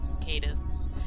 Cadence